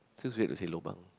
feels weird to say lobang